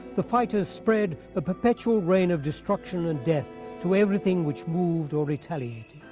the fighters spread a perpetual rain of destruction and death to everything which moved or retaliated.